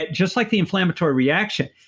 just like the inflammatory reaction,